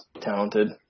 talented